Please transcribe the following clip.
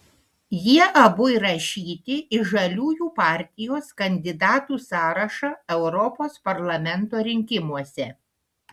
jie abu įrašyti į žaliųjų partijos kandidatų sąrašą europos parlamento rinkimuose